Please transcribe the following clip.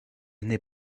n’ai